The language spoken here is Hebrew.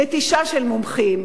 נטישה של מומחים,